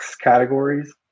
categories